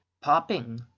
popping